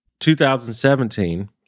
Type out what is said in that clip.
2017